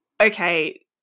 okay